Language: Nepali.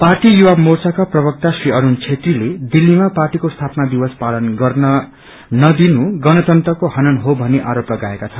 पार्टी युवा मोर्चाको प्रवक्ता श्री अरूण छेत्रीले दिल्लीमा पार्टीको स्थापना दिवस पालन गर्न न दिनु गणतंत्रको हनन् हो भनि आरोप लगाएका छन्